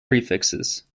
prefixes